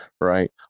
right